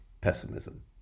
pessimism